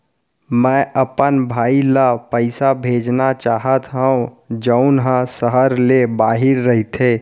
मै अपन भाई ला पइसा भेजना चाहत हव जऊन हा सहर ले बाहिर रहीथे